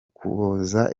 ukuboza